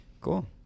Cool